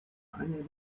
einer